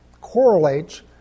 correlates